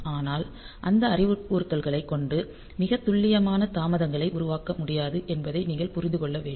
ஆனால் அந்த அறிவுறுத்தல்களை கொண்டு மிகத் துல்லியமான தாமதங்களை உருவாக்க முடியாது என்பதை நீங்கள் புரிந்து கொள்ள வேண்டும்